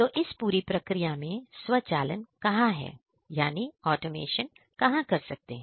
तो इस पूरी प्रक्रिया में स्वचालन कहां है यानी ऑटोमेशन कहां कर सकते है